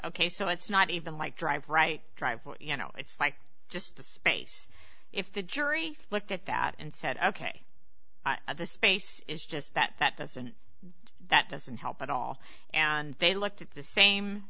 ok so it's not even like dr right dr you know it's like just the case if the jury looked at that and said ok at the space it's just that that doesn't that doesn't help at all and they looked at the same